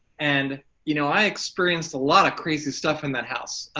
and you know i experienced a lot of crazy stuff in that house.